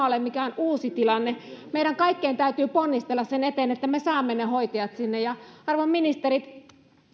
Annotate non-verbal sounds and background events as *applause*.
*unintelligible* ole mikään uusi tilanne meidän kaikkien täytyy ponnistella sen eteen että me saamme ne hoitajat sinne arvon ministerit